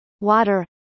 water